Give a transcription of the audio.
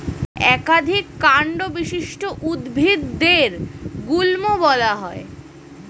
একাধিক কান্ড বিশিষ্ট উদ্ভিদদের গুল্ম বলা হয়